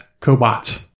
cobots